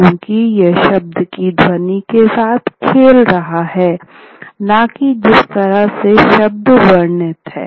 क्योंकि यह शब्द की ध्वनि के साथ खेल रहा है न कि जिस तरह से शब्द वर्तनी है